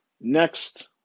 next